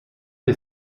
der